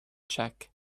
check